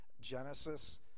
Genesis